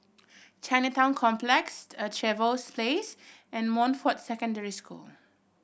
Chinatown Complex A Trevose Place and Montfort Secondary School